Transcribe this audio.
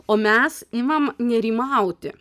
o mes imam nerimauti